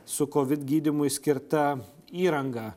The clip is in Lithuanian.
su kovid gydymui skirta įranga